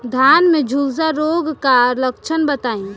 धान में झुलसा रोग क लक्षण बताई?